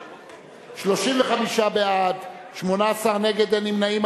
35 בעד, 18 נגד, ואין נמנעים.